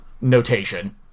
notation